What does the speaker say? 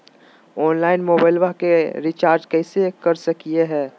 Online मोबाइलबा कैसे recharge कर सकलिए है?